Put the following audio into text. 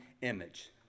image